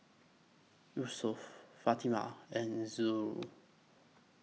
Yusuf Fatimah and Zul